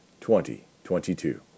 2022